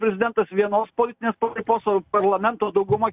prezidentas vienos politinės pakraipos o parlamento dauguma